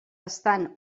estan